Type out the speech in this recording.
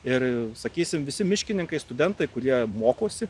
ir sakysim visi miškininkai studentai kurie mokosi